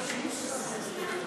לשבת או לצאת.